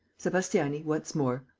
sebastiani, once more.